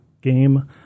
game